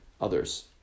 others